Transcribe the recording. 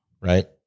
Right